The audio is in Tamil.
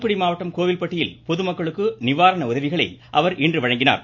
துாத்துகுடி மாவட்டம் கோவில்பட்டியில் பொதுமக்களுக்கு நிவாரணஉதவிகளை அவர் இன்று வழங்கினார்